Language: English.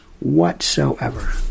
whatsoever